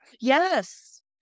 Yes